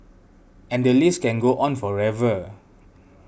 and the list can go on forever